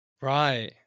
Right